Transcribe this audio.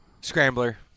Scrambler